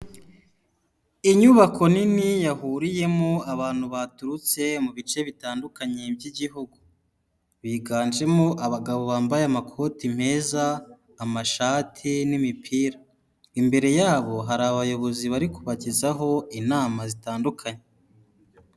Inyubako nini yahuriyemo abantu baturutse mu bice bitandukanye by'igihugu, biganjemo abagabo bambaye amakoti meza, amashati n'imipira, imbere yabo hari abayobozi bari kubagezaho inama zitandukanye.